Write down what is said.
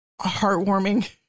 heartwarming